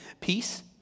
peace